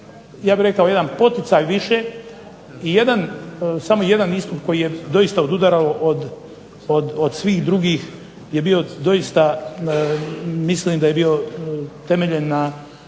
ja bih rekao jedan poticaj više i samo jedan istup koji je doista odudarao od svih drugih je bio doista, mislim da je bio temeljen